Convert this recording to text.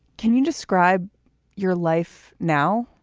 can you describe your life now?